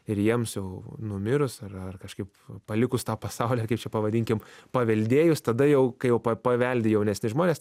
ir jiems jau numirus ar ar kažkaip palikus tą pasaulį kaip čia pavadinkim paveldėjus tada jau kai jau pa paveldi jaunesni žmonės